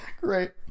Great